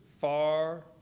far